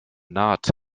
naht